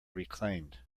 reclaimed